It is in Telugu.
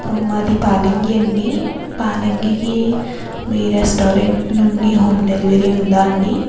మాది పాలింగి అండి పాలంగికి మీ రెస్టారెంట్ నుండి హోమ్ డెలివరీ ఉందా అండి